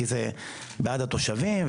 כי זה בעד התושבים.